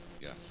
Yes